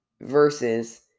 versus